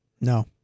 No